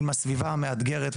עם הסביבה המאתגרת,